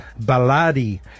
Baladi